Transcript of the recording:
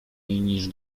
niż